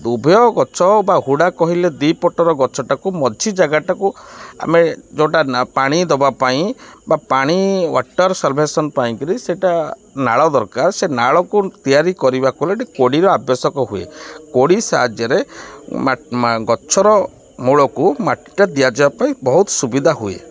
ଉଭୟ ଗଛ ବା ହୁଡ଼ା କହିଲେ ଦୁଇ ପଟର ଗଛଟାକୁ ମଝି ଜାଗାଟାକୁ ଆମେ ଯେଉଁଟା ପାଣି ଦବା ପାଇଁ ବା ପାଣି ୱାଟର୍ ସର୍ଭେସନ୍ ପାଇଁକିରି ସେଇଟା ନାଳ ଦରକାର ସେ ନାଳକୁ ତିଆରି କରିବାକୁ ହେଲେ କୋଡ଼ିର ଆବଶ୍ୟକ ହୁଏ କୋଡ଼ି ସାହାଯ୍ୟରେ ଗଛର ମୂଳକୁ ମାଟିଟା ଦିଆଯିବା ପାଇଁ ବହୁତ ସୁବିଧା ହୁଏ